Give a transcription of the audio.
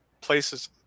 places